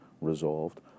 resolved